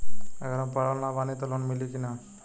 अगर हम पढ़ल ना बानी त लोन मिली कि ना?